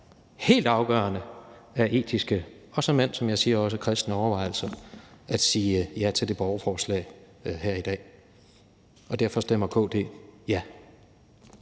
helt afgørende af etiske og – som jeg siger – såmænd også af kristne overvejelser at sige ja til det borgerforslag her i dag. Derfor stemmer KD ja.